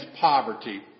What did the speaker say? poverty